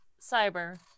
cyber